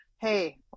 hey